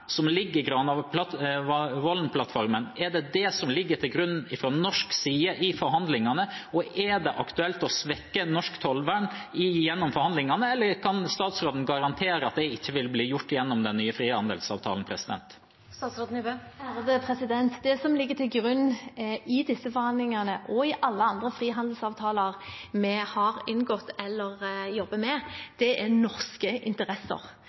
som ligger til grunn fra norsk side i forhandlingene? Er det aktuelt å svekke norsk tollvern gjennom forhandlingene, eller kan statsråden garantere at det ikke vil bli gjort gjennom den nye frihandelsavtalen? Det som ligger til grunn i disse forhandlingene – og i alle andre frihandelsavtaler vi har inngått eller jobber med – er norske interesser.